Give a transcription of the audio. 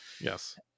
Yes